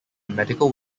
medical